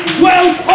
dwells